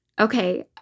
Okay